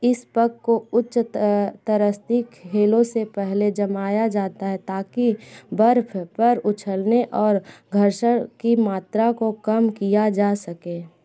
इस पक को उच्च तरस्तिक खेलो से पहले जमाया जाता है ताकि बर्फ पर उछलने और घर्षण की मात्रा को कम किया जा सके